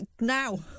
now